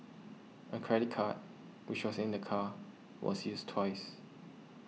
a credit card which was in the car was used twice